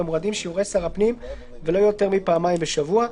במועדים שיורה שר הפנים ולא יותר מפעמיים בשבוע,